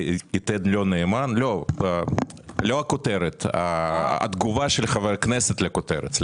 לא הכותרת, התגובה של חבר הכנסת לכותרת.